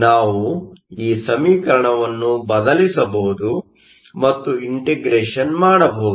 ನಾವು ಈ ಸಮೀಕರಣವನ್ನು ಬದಲಿಸಬಹುದು ಮತ್ತು ಇಂಟಗ್ರೇಷನ್Integration ಮಾಡಬಹುದು